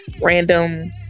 random